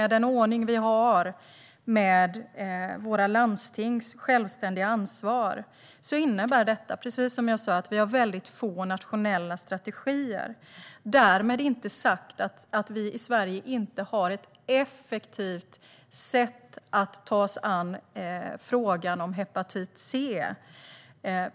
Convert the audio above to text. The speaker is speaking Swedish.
Den ordning vi har med våra landstings självständiga ansvar innebär, precis som jag sa, att vi har mycket få nationella strategier - därmed inte sagt att vi i Sverige inte har ett effektivt sätt att ta oss an frågan om hepatit C.